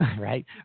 Right